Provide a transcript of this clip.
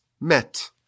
met